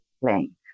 playing